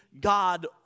God